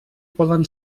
poden